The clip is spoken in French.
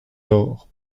door